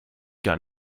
gar